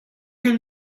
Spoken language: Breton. ket